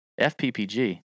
FPPG